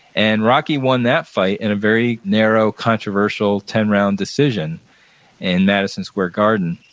and rocky won that fight in a very narrow controversial ten round decision in madison square garden.